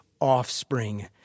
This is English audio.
Offspring